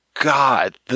God